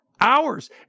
hours